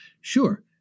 Sure